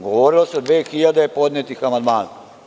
Govorilo se o 2000 podnetih amandmana.